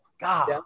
God